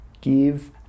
give